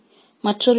இது முதல் நிலை